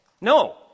No